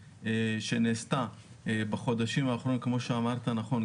שנעשתה בחודשים האחרונים כמו שאמרת נכון,